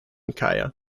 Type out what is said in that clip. gaya